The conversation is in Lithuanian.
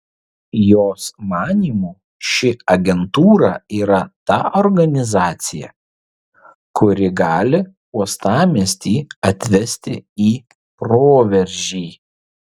jos manymu ši agentūra yra ta organizacija kuri gali uostamiestį atvesti į proveržį